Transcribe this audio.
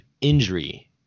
injury